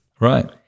right